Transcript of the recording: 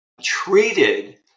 treated